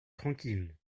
tranquille